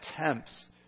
attempts